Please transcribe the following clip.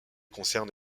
concerne